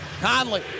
Conley